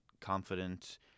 confident